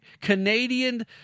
Canadian